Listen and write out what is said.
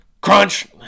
crunch